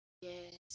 Yes